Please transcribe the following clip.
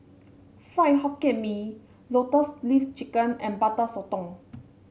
Fried Hokkien Mee Lotus Leaf Chicken and Butter Sotong